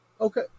Okay